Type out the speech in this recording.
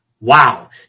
Wow